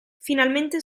finalmente